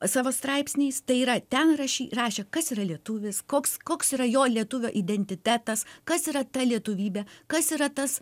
savo straipsniais tai yra ten rašy rašė kas yra lietuvis koks koks yra jo lietuvio identitetas kas yra ta lietuvybė kas yra tas